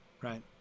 Right